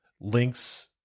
links